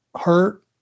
hurt